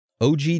OG